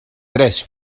tres